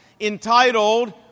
entitled